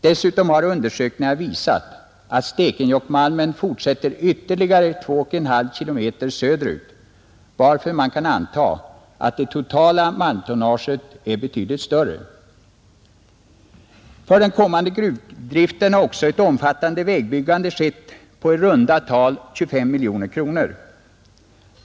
Dessutom har undersökningar visat, att Stekenjokkmalmen fortsätter ytterligare 2,5 km söderut, varför man kan anta att det totala malmtonnaget är betydligt större. För den kommande gruvdriften har också ett omfattande vägbygge skett för i runt tal 25 miljoner kronor.